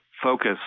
Focus